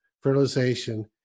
fertilization